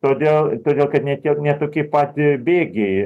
todėl todėl kad ne tie ne tokie paty bėgiai